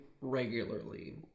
regularly